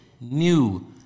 new